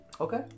Okay